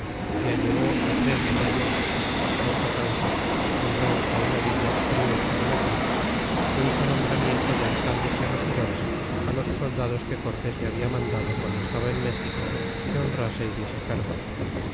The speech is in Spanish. y allegó tres de mayo esta causa nombró una villa triunfo de la cruz e hizo nombramiento de alcaldes y regidores los soldados que cortés le habia mandado guando estaba en méxico que honrase y diese cargos